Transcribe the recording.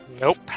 nope